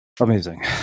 Amazing